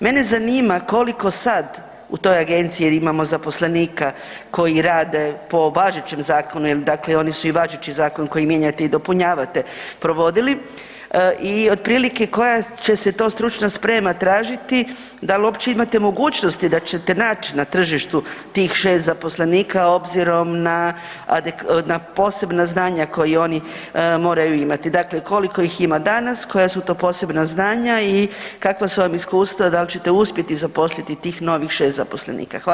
Mene zanima koliko sad u toj agenciji jer imamo zaposlenika koji rade po važećem zakonu dakle i oni su važeći zakon koji mijenjate i dopunjavate provodili i otprilike koja će se to stručna sprema tražiti, dal uopće imate mogućnosti da ćete nać na tržištu tih 6 zaposlenika obzirom na posebna znanja koja oni moraju imati, dakle koliko ih ima danas, koja su to posebna znanja i kakva su vam iskustva, dal ćete uspjeti zaposliti tih novih 6 zaposlenika?